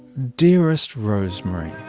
dearest rosemary